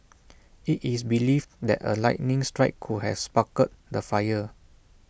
IT is believed that A lightning strike could have sparked the fire